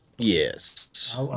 Yes